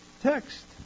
text